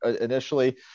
initially